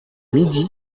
midi